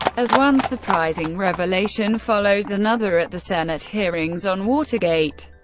as one surprising revelation follows another at the senate hearings on watergate,